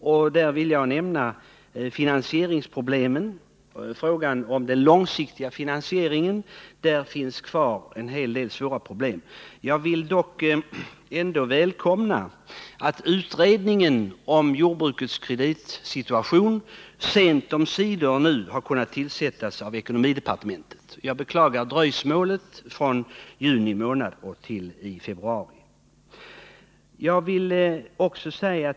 Däribland vill jag särskilt nämna finansieringsproblemen och frågan om den långsiktiga finansieringen. Jag vill dock välkomna att utredningen om jordbrukets kreditsituation nu, sent omsider, har kunnat tillsättas av ekonomidepartementet. Jag beklagar dröjsmålet från juni till februari.